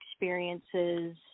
experiences